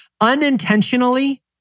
unintentionally